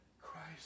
Christ